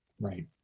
Right